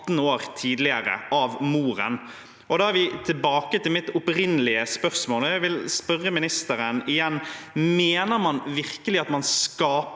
år tidligere. Da er vi tilbake til mitt opprinnelige spørsmål, og jeg vil spørre ministeren igjen: Mener man virkelig at man skaper